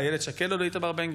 לאיילת שקד או לאיתמר בן גביר?